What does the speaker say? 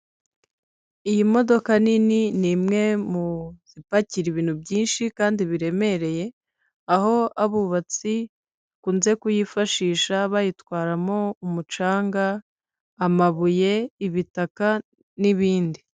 Iyi modoka nini n'imwe mu zipakira ibintu byinshi kandi biremereye, aho abubatsi bakunze kuyifashisha bayitwaramo umucanga, amabuye, ibitaka n'ibindi.